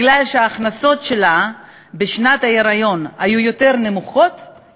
מכיוון שההכנסות שלה בשנת ההיריון היו יותר נמוכות,